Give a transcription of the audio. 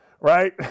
Right